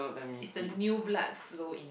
it's the new blood flow in